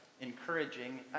encouraging